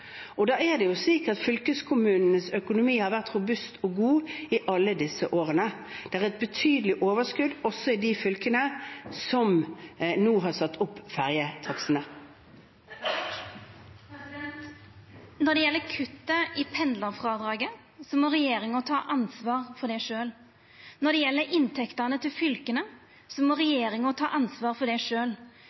og fylkeskommunenes økonomi har vært robust og god i alle disse årene. Det er et betydelig overskudd også i de fylkene som nå har satt opp fergetakstene. Når det gjeld kutta i pendlarfrådraget, må regjeringa ta ansvar for det sjølv. Når det gjeld inntektene til fylka, må regjeringa ta ansvar for det